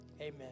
amen